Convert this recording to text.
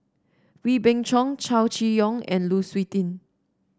Wee Beng Chong Chow Chee Yong and Lu Suitin